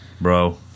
Bro